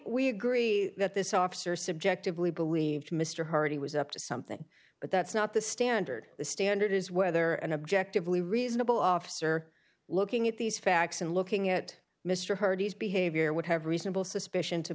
we agree that this officer subjectively believed mr hardy was up to something but that's not the standard the standard is whether an objective lee reasonable officer looking at these facts and looking at mr hurd's behavior would have reasonable suspicion to